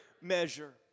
measure